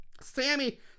Sammy